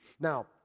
now